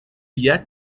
yet